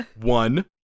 One